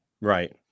right